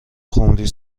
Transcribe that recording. خمری